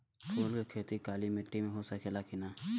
फूल के खेती काली माटी में हो सकेला की ना?